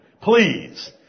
Please